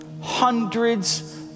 hundreds